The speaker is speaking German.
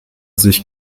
sich